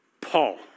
Paul